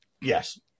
yes